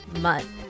month